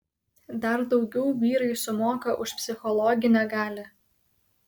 dar daugiau vyrai sumoka už psichologinę galią